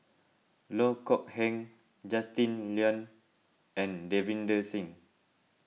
Loh Kok Heng Justin Lean and Davinder Singh